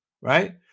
right